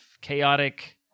chaotic